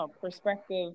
perspective